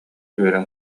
үөрэн